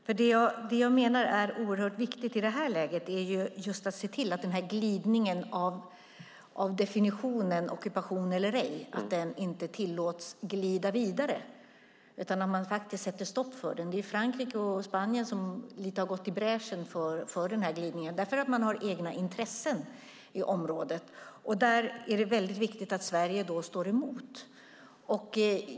Fru talman! Det jag menar är att det i det här laget är oerhört viktigt att se till att glidningen av definitionen av ockupation eller ej inte tillåts glida vidare utan att man sätter stopp för den. Det är Spanien och Frankrike som lite gått i bräschen för glidningen därför att man har egna intressen i området. Där är det väldigt viktigt att Sverige står emot.